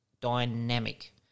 dynamic